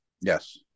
Yes